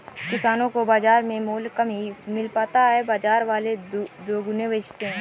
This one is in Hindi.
किसानो को बाजार में मूल्य कम ही मिल पाता है बाजार वाले दुगुने में बेचते है